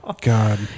God